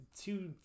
two